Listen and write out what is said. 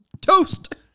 Toast